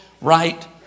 right